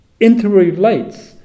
interrelates